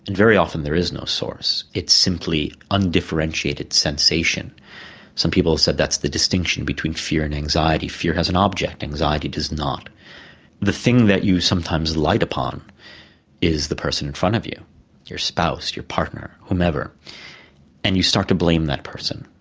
and very often there is no source it's simply undifferentiated sensation some people have said that's the distinction between fear and anxiety, fear has an object anxiety does not the thing that you sometimes light upon is the person in front of you your spouse, your partner, whomever and you start to blame that person.